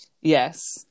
Yes